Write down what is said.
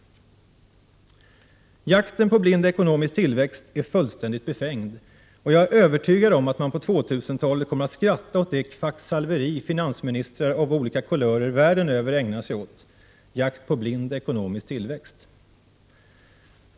Jakten på blind ekonomisk tillväxt är fullständigt befängd. Och jag är övertygad om att man på 2000-talet kommer att skratta åt det kvacksalveri som finansministrar av olika kulörer världen över ägnar sig åt: jakt på blind ekonomisk tillväxt.